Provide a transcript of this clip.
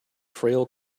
frail